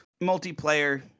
Multiplayer